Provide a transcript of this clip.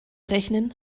rechnen